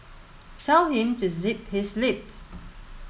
tell him to zip his lips